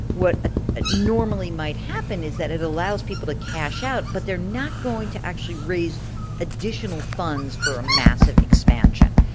what ah ah normally might happen is that it allows people to cash out. but they're not going to actually raise additional funds for a massive expansion.